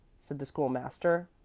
said the school-master.